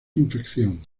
infección